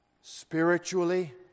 spiritually